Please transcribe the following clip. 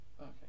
okay